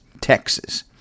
Texas